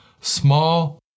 small